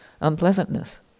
Unpleasantness